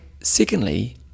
secondly